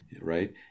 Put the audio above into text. right